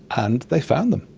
and they found them,